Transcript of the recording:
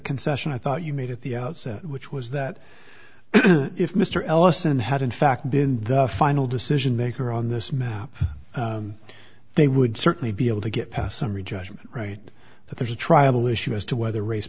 concession i thought you made at the outset which was that if mr ellison had in fact been the final decision maker on this map they would certainly be able to get past summary judgment right but there's a triable issue as to whether race